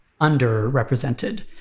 underrepresented